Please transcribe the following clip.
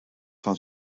van